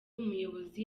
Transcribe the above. umuyobozi